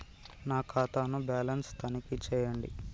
నా ఖాతా ను బ్యాలన్స్ తనిఖీ చేయండి?